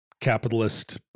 capitalist